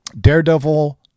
Daredevil